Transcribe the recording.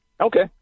Okay